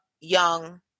young